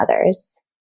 others